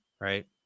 right